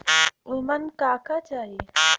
ओमन का का चाही?